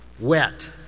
wet